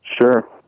Sure